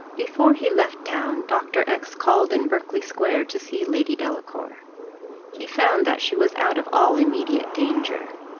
before he left town, dr. x called in berkeley-square, to see lady delacour he found that she was out of all immediate danger.